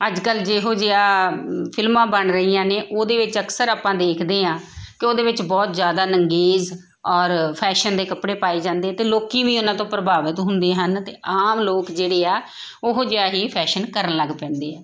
ਅੱਜ ਕੱਲ੍ਹ ਜਿਹੋ ਜਿਹਾ ਫਿਲਮਾਂ ਬਣ ਰਹੀਆਂ ਨੇ ਉਹਦੇ ਵਿੱਚ ਅਕਸਰ ਆਪਾਂ ਦੇਖਦੇ ਹਾਂ ਕਿ ਉਹਦੇ ਵਿੱਚ ਬਹੁਤ ਜ਼ਿਆਦਾ ਨੰਗੇਜ਼ ਔਰ ਫੈਸ਼ਨ ਦੇ ਕੱਪੜੇ ਪਾਏ ਜਾਂਦੇ ਅਤੇ ਲੋਕ ਵੀ ਉਹਨਾਂ ਤੋਂ ਪ੍ਰਭਾਵਿਤ ਹੁੰਦੇ ਹਨ ਅਤੇ ਆਮ ਲੋਕ ਜਿਹੜੇ ਆ ਉਹੋ ਜਿਹਾ ਹੀ ਫੈਸ਼ਨ ਕਰਨ ਲੱਗ ਪੈਂਦੇ ਆ